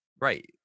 right